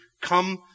come